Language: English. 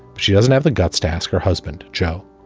she doesn't have the guts to ask her husband, joe,